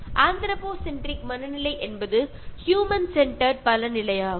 anthropocentric ചിന്താഗതി എന്ന് പറഞ്ഞാൽ മനുഷ്യ കേന്ദ്രീകൃത ചിന്താഗതി എന്നാണർദ്ധം